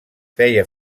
feia